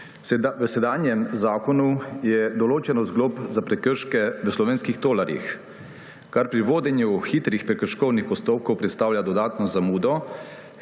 V sedanjem zakonu je določenost glob za prekrške v slovenskih tolarjih, kar pri vodenju hitrih prekrškovnih postopkov predstavlja dodatno zamudo,